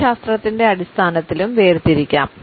ഭൂമിശാസ്ത്രത്തിന്റെ അടിസ്ഥാനത്തിലും വേർതിരിക്കാം